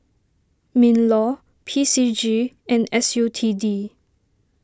MinLaw P C G and S U T D